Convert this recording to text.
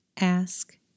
Ask